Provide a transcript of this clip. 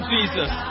Jesus